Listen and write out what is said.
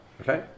Okay